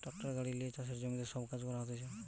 tractor গাড়ি লিয়ে চাষের জমিতে সব কাজ করা হতিছে